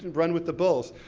run with the bulls,